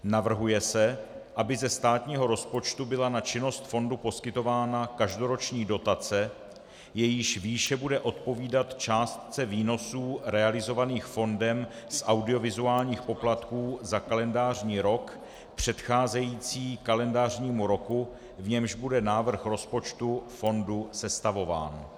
Navrhuje se, aby ze státního rozpočtu byla na činnost fondu poskytována každoroční dotace, jejíž výše bude odpovídat částce výnosů realizovaných fondem z audiovizuálních poplatků za kalendářní rok předcházející kalendářnímu roku, v němž bude návrh rozpočtu fondu sestavován.